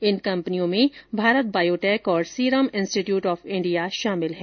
इन कंपनियों में भारत बायोटेक और सीरम इंस्टीट्यूट ऑफ इंडिया शामिल हैं